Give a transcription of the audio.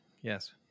Yes